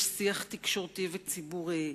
יש שיח תקשורתי וציבורי,